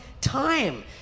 time